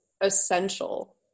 essential